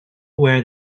wear